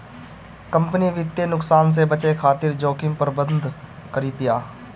company वित्तीय नुकसान से बचे खातिर जोखिम प्रबंधन करतिया